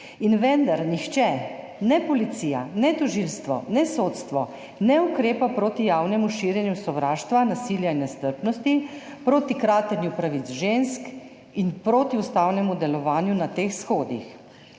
in vendar nihče, ne policija, ne tožilstvo, ne sodstvo, ne ukrepa proti javnemu širjenju sovraštva, nasilja in nestrpnosti, proti kratenju pravic žensk in proti ustavnemu delovanju na teh shodih.